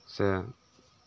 ᱥᱮ